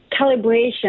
calibration